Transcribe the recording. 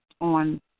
on